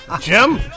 Jim